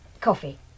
Coffee